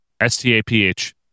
S-T-A-P-H